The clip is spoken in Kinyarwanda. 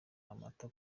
amata